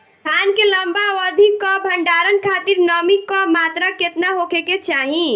धान के लंबा अवधि क भंडारण खातिर नमी क मात्रा केतना होके के चाही?